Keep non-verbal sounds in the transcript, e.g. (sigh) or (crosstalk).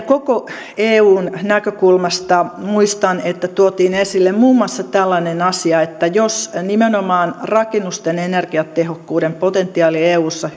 (unintelligible) koko eun näkökulmasta muistan että tuotiin esille muun muassa tällainen asia että jos nimenomaan rakennusten energiatehokkuuden potentiaali eussa (unintelligible)